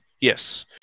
Yes